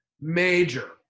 major